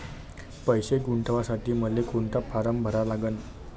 पैसे गुंतवासाठी मले कोंता फारम भरा लागन?